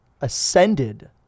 ascended